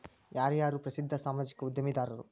ಯಾರ್ಯಾರು ಪ್ರಸಿದ್ಧ ಸಾಮಾಜಿಕ ಉದ್ಯಮಿದಾರರು